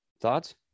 Thoughts